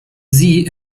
sie